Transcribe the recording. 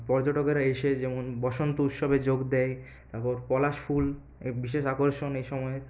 পর্যটকেরা এসে যেমন বসন্ত উৎসবে যোগ দেয় এবং পলাশ ফুল বিশেষ আকর্ষণ এই সময়